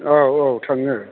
औ औ थाङो